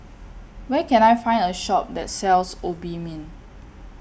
Where Can I Find A Shop that sells Obimin